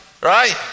right